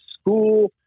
school